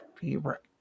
favorite